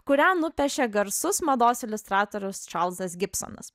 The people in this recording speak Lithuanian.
kurią nupiešė garsus mados iliustratorius čarlzas gibsonas